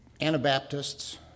Anabaptists